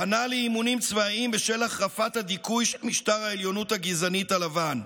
פנה לאימונים צבאיים בשל החרפת הדיכוי של משטר העליונות הגזענית הלבן.